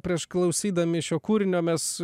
prieš klausydami šio kūrinio mes